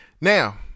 Now